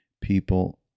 people